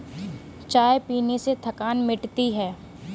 चाय पीने से थकान मिटती है